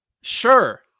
Sure